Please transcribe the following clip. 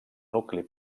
nucli